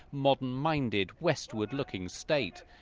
modern-minded, westward-looking state.